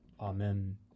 Amen